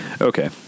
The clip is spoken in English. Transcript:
Okay